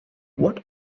what